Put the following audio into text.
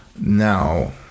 Now